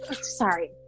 sorry